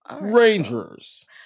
Rangers